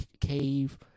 cave